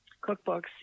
cookbooks